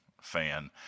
fan